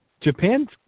Japan